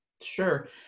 Sure